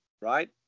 Right